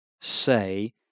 say